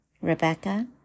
Rebecca